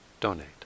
donate